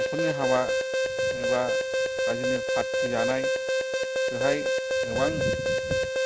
न'खरनि हाबा एबा रायजोनि पार्ति जानाय बेवहाय गोबां